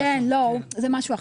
זה משהו אחר,